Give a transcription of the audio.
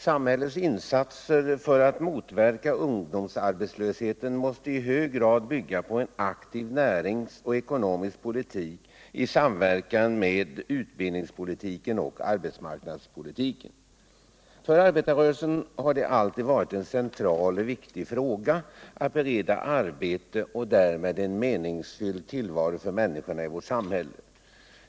Samhällets insatser för att motverka ungdomsarbetslösheten måste i hög grad bygga på en aktiv näringspoliuik och en aktiv ekonomisk politik i samverkan med utbildnings och arbetsmarknadspolitiken. För arbetarrörelsen har det alltid varit en central och viktig fråga att bereda arbete och därmed en meningsfylld tillvaro för människorna i vårt samhälle.